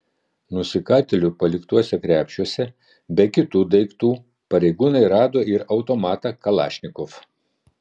nusikaltėlių paliktuose krepšiuose be kitų daiktų pareigūnai rado ir automatą kalašnikov